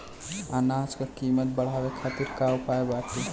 अनाज क कीमत बढ़ावे खातिर का उपाय बाटे?